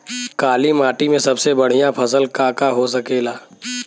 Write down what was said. काली माटी में सबसे बढ़िया फसल का का हो सकेला?